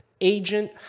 agent